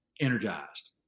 energized